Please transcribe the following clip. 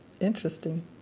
Interesting